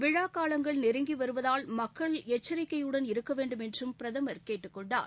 விழாக்காலங்கள் நெருங்கி வருவதால் மக்கள் எச்சரிக்கையுடன் இருக்க வேண்டுமென்றும் பிரதமர் கேட்டுக் கொண்டார்